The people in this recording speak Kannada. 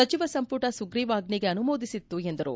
ಸಚಿವ ಸಂಪುಟ ಸುಗ್ರೀವಾಜ್ಞೆಗೆ ಅನುಮೋದಿಸಿತ್ತು ಎಂದರು